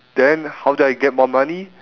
then how do I get more money